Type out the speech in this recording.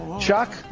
Chuck